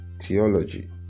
theology